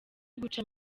guca